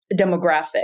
demographic